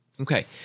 Okay